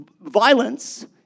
violence